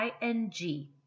ing